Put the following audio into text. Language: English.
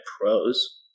pros